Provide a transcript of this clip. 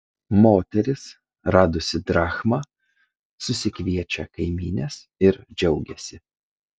moteris radusi drachmą susikviečia kaimynes ir džiaugiasi